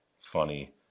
funny